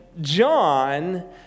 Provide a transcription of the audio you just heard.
John